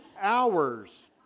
hours